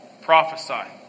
prophesy